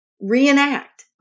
reenact